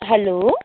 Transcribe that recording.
hello